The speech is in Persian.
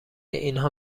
اینها